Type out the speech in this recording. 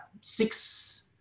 six